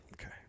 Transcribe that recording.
Okay